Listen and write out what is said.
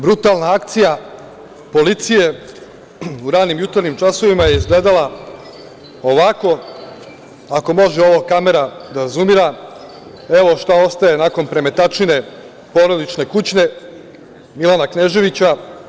Brutalna akcija policije u ranim jutarnjim časovima je izgledala ovako, ako može ovo kamera da zumira, evo šta ostaje nakon premetačine porodične kuće Milana Kneževića.